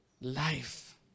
life